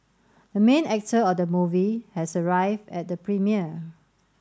the main actor of the movie has arrived at the premiere